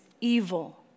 evil